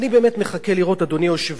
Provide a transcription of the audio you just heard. שיוקפאו התקציבים למודיעין,